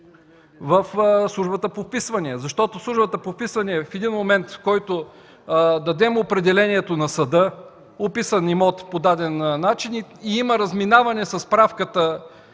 Службата по вписванията в един момент, в който дадем определението на съда – описан имот по даден начин и има разминаване със справката